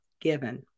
given